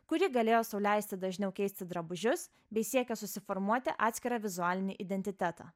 kuri galėjo sau leisti dažniau keisti drabužius bei siekė susiformuoti atskirą vizualinį identitetą